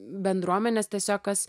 bendruomenės tiesiog kas